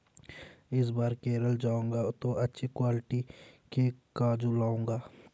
इस बार केरल जाऊंगा तो अच्छी क्वालिटी के काजू लाऊंगा